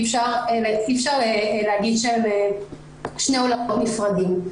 אי-אפשר להגיד שהם שני עולמות נפרדים.